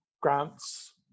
grants